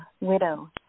widow